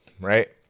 Right